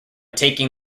taking